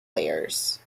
layers